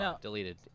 deleted